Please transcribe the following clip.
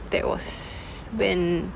that was when